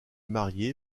marié